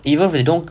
even if you don't